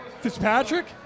Fitzpatrick